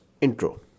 intro